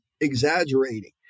exaggerating